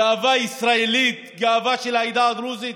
גאווה ישראלית, גאווה של העדה הדרוזית.